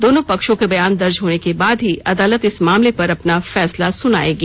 दोनों पक्षों के बयान दर्ज होने के बाद ही अदालत इस मामले पर अपना फैसला सुनाएगी